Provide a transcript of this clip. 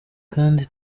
kandi